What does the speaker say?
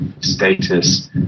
status